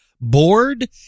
bored